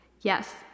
Yes